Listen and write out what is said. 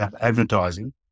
advertising